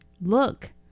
Look